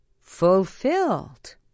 fulfilled